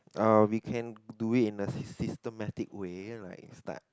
uh we can do it in a systematic wait like start